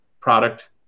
product